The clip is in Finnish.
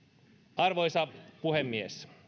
arvoisa puhemies